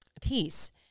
peace